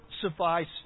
suffice